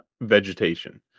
vegetation